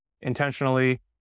intentionally